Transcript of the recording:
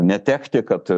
netekti kad